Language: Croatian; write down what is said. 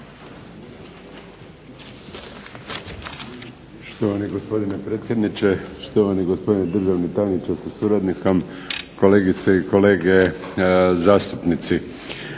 se gospodine predsjedniče, gospodine državni tajniče sa suradnikom, kolegice i kolege.